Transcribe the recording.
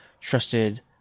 trusted